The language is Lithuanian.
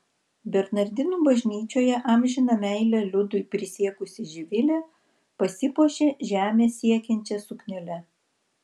bernardinų bažnyčioje amžiną meilę liudui prisiekusi živilė pasipuošė žemę siekiančia suknele